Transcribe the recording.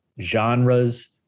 genres